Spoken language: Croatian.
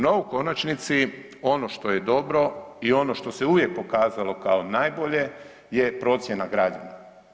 No u konačnici ono što je dobro i ono što se uvijek pokazalo kao najbolje je procjena građana.